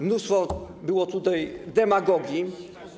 Mnóstwo było tutaj demagogii.